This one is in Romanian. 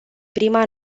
prima